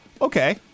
okay